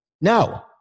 No